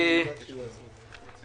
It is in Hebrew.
ליישום התוכנית הכלכלית לשנים 2009 ו-2010),